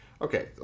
Okay